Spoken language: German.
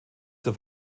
zur